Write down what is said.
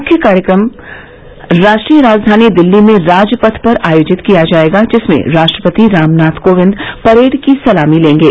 मुख्य कार्यक्रम राष्ट्रीय राजधानी दिल्ली में राजपथ पर आयोजित किया जाएगा जिसमें राष्ट्रपति रामनाथ कोविंद परेड की सलामी लेंगे